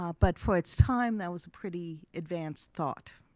um but for its time that was a pretty advanced thought.